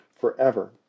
forever